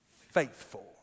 faithful